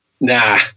nah